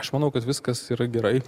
aš manau kad viskas yra gerai